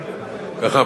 ככה,